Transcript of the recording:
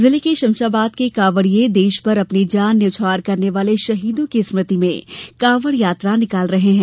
जिले के शमशाबाद के कांवड़िए देश पर अपनी जान न्यौछावर करने वाले शहीदों की स्मृति में कांवड़ यात्रा निकाल रहे हैं